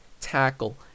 tackle